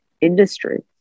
industry